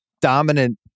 dominant